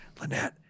Lynette